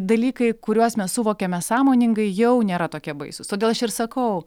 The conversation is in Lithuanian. dalykai kuriuos mes suvokiame sąmoningai jau nėra tokie baisūs todėl aš ir sakau